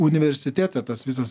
universitete tas visas